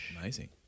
Amazing